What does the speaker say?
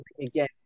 again